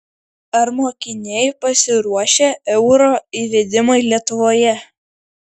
ar mokiniai pasiruošę euro įvedimui lietuvoje